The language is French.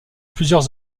plusieurs